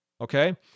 okay